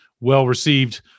well-received